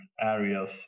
areas